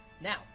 Now